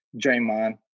Draymond